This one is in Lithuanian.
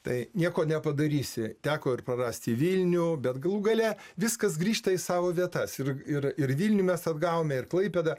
tai nieko nepadarysi teko ir prarasti velnių bet galų gale viskas grįžta į savo vietas ir ir ir vilniuj mes atgavome ir klaipėdą